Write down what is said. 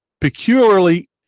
peculiarly